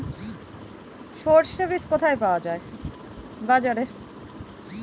সর্ষে বিজ কোথায় পাওয়া যাবে?